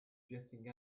jetting